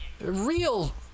real